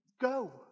Go